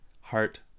heart